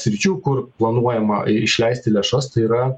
sričių kur planuojama i išleisti lėšas tai yra